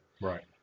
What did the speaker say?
Right